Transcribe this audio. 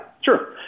sure